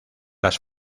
las